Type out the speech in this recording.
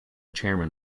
chairman